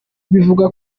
bivugwa